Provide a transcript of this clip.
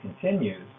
continues